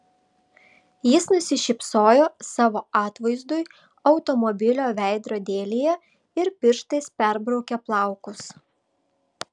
jis nusišypsojo savo atvaizdui automobilio veidrodėlyje ir pirštais perbraukė plaukus